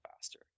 faster